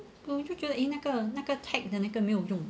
but 我就觉得那个那个 tag 的那个没有用